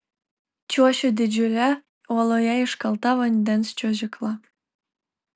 čiuošiu didžiule uoloje iškalta vandens čiuožykla